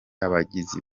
abagizi